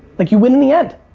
like you win at the end.